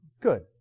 Good